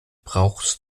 brauchst